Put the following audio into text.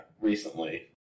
recently